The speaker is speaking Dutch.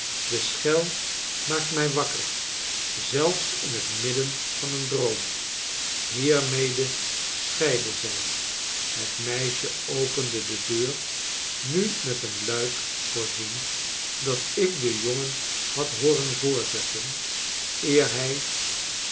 de schel maakt mij wakker zelfs in het midden van een droom hiermede scheidden zij het meisje opende de deur nu met een luik voorzien dat ik den jongen had hooren voorzetten eer hij